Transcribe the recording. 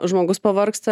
žmogus pavargsta